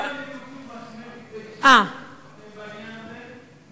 נגד כולם, כתבי-אישום בעניין הזה.